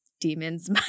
demons